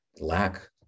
lack